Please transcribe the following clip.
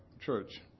church